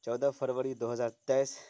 چودہ فروری دو ہزار تیئیس